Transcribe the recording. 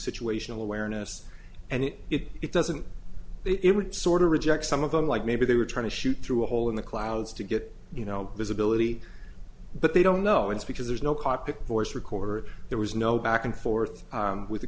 situational awareness and if it doesn't it would sort of reject some of them like maybe they were trying to shoot through a hole in the clouds to get you know visibility but they don't know it's because there's no cockpit voice recorder there was no back and forth with the